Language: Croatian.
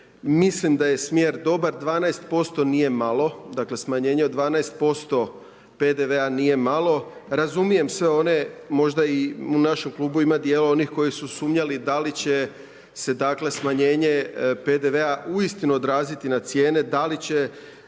Mislim da je smjer dobar, 12% nije malo, dakle smanjenje 12% PDV-a nije malo, razumijem sve one, možda i u našim klubovima djela onih koji su sumnjali da li će se dakle smanjenje PDV-a uistinu odraziti na cijene, da li će